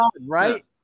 right